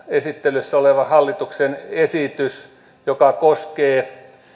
esittelyssä oleva hallituksen esitys joka koskee